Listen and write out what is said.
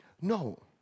No